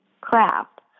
crap